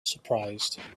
surprised